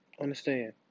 understand